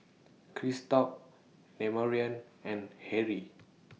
Christop Demarion and Harry